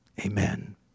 Amen